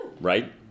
Right